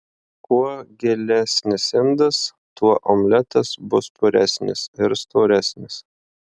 kuo gilesnis indas tuo omletas bus puresnis ir storesnis